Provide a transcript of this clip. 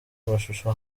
amashusho